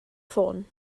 ffôn